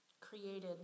created